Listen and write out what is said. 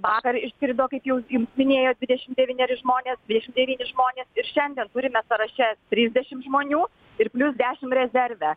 vakar išskrido kaip jau jūs minėjot dvidešim devyneri žmonės dvidešim devyni žmonės ir šiandien turime sąraše trisdešim žmonių ir plius dešim rezerve